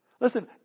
Listen